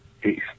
Peace